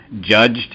judged